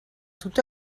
tout